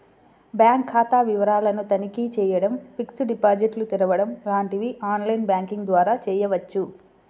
bank ఖాతా వివరాలను తనిఖీ చేయడం, ఫిక్స్డ్ డిపాజిట్లు తెరవడం లాంటివి ఆన్ లైన్ బ్యాంకింగ్ ద్వారా చేయవచ్చు